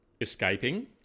escaping